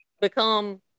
become